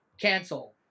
cancel